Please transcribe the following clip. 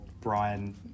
Brian